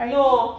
no